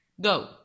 go